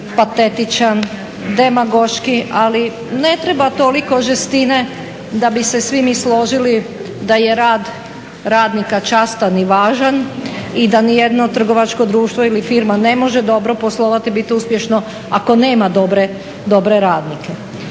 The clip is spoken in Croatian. patetičan, demagoški, ali ne treba toliko žestine da bi se svi mi složili da je rad radnika častan i važan i da nijedno trgovačko društvo ili firma ne može dobro poslovati i biti uspješno ako nema dobre radnike.